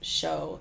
show